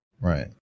Right